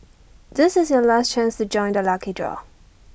this is your last chance to join the lucky draw